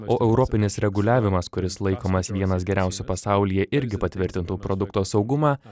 o europinis reguliavimas kuris laikomas vienas geriausių pasaulyje irgi patvirtintų produkto saugumą